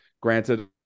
Granted